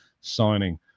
signing